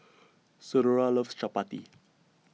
Senora loves Chapati